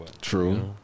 True